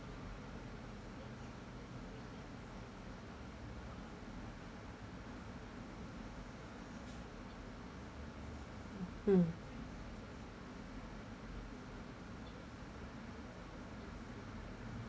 mm